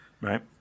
Right